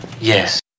Yes